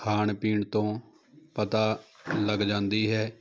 ਖਾਣ ਪੀਣ ਤੋਂ ਪਤਾ ਲੱਗ ਜਾਂਦੀ ਹੈ